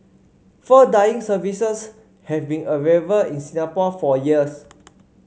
fur dyeing services have been available in Singapore for years